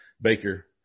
Baker